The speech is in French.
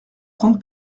prendre